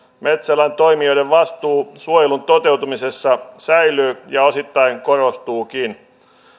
metsäalan toimijoiden vastuu suojelun toteutumisessa säilyy ja osittain korostuukin